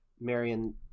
marion